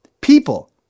people